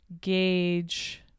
gauge